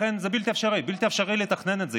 לכן זה בלתי אפשרי, בלתי אפשרי לתכנן את זה.